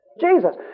Jesus